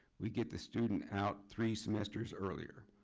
we get the student out three semesters earlier.